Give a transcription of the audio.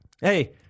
Hey